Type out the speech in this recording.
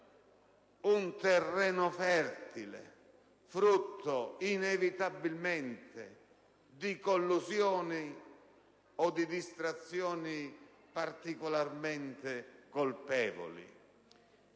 un terreno fertile, frutto inevitabilmente di collusioni o di distrazioni particolarmente colpevoli.